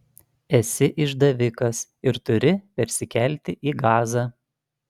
esi išdavikas ir turi persikelti į gazą